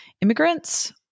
immigrants